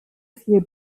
viel